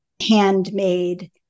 Handmade